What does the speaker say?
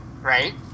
right